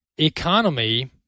economy